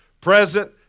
present